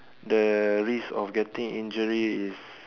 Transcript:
the risk of getting injury is